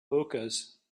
hookahs